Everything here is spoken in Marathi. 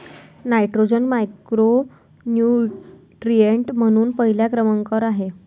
नायट्रोजन मॅक्रोन्यूट्रिएंट म्हणून पहिल्या क्रमांकावर आहे